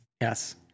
Yes